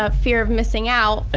ah fear of missing out